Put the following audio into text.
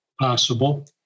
possible